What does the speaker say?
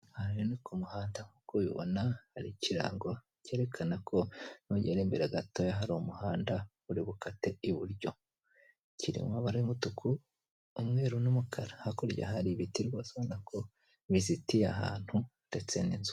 Aha rero ni kumuhanda nk'uko ubibona hari ikirango kerekana ko nugera imbere gato hari umuhanda uri bukate iburyo kiri mu mabara y'umutuku, umweru n'umukara hakurya hari ibiti rwose bizitiye ahantu ndetse n'inzu.